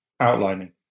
outlining